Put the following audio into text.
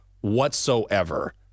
whatsoever